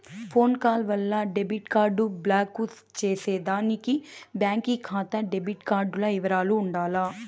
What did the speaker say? phone call వల్ల debit card block చేసేదానికి బాంకీ కాతా డెబిట్ కార్డుల ఇవరాలు ఉండాల